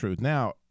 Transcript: Now